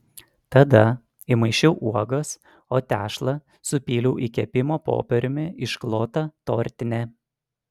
tada įmaišiau uogas o tešlą supyliau į kepimo popieriumi išklotą tortinę